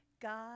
God